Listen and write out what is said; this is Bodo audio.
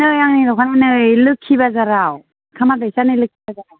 नै आंनि दखाना नै लोखि बाजाराव खामा दैखा होननाय लोखि बाजाराव